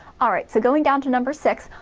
alright, so going down to number six,